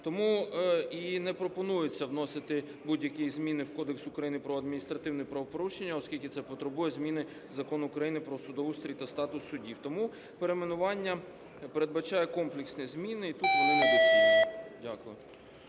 Тому і не пропонується вносити будь-які зміни в Кодекс України про адміністративні правопорушення, оскільки це потребує зміни Закону України "Про судоустрій та статус суддів". Тому перейменування передбачає комплексні зміни, і тут вони недоцільні. Дякую.